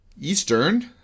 Eastern